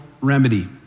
remedy